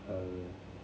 err